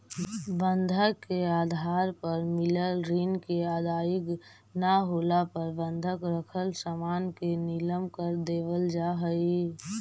बंधक के आधार पर मिलल ऋण के अदायगी न होला पर बंधक रखल सामान के नीलम कर देवल जा हई